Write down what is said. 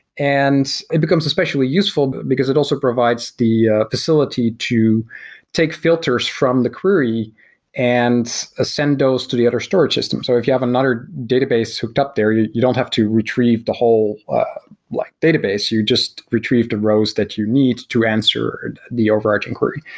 and it becomes especially useful but because it also provides the ah facility to take filters from the query and ah send those to the other storage system. so if you have another database hooked up there, you you don't have to retrieve the whole like database. you just retrieved the rows that you need to answer the overarching query.